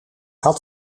had